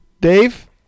Dave